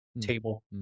table